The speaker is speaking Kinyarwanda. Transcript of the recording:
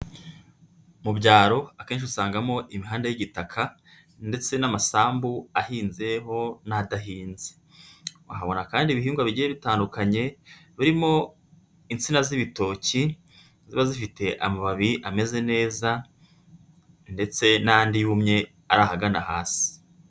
Mu byaro akenshi usangamo imihanda y'igitaka ndetse n'amasambu ahinzeho n'adahinze, wahabona kandi ibihingwa bigiye bitandukanye, birimo insina z'ibitoki ziba zifite amababi ameze neza ndetse n'andi yumye ari ahagana hasi.